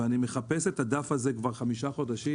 ואני מחפש את הדף הזה כבר חמישה חודשים,